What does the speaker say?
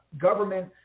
Government